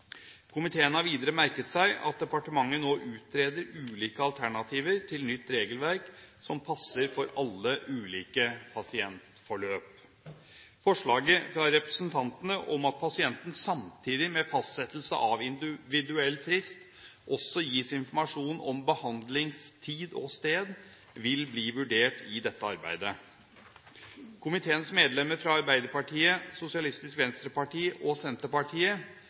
Komiteen har videre merket seg at departementet nå utreder ulike alternativer til nytt regelverk som passer for alle ulike pasientforløp. Forslaget fra representantene om at pasienten samtidig med fastsettelse av individuell frist også gis informasjon om behandlingstid og -sted, vil bli vurdert i dette arbeidet. Komiteens medlemmer fra Arbeiderpartiet, Sosialistisk Venstreparti og Senterpartiet